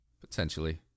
Potentially